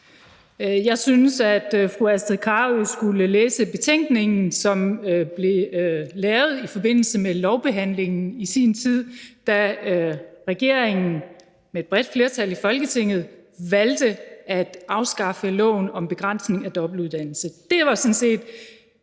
Jeg synes, at fru Astrid Carøe skulle læse betænkningen, som blev lavet i forbindelse med lovbehandlingen i sin tid, da regeringen med et bredt flertal i Folketinget valgte at afskaffe loven om begrænsning af dobbeltuddannelse. Det var sådan set